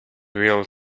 real